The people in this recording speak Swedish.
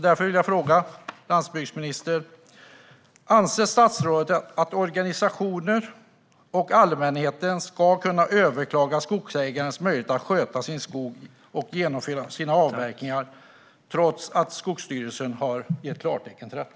Därför vill jag fråga landsbygdsministern: Anser statsrådet att organisationer och allmänheten ska kunna överklaga skogsägares möjlighet att sköta sin skog och genomföra sina avverkningar, trots att Skogsstyrelsen har gett klartecken till detta?